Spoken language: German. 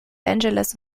angeles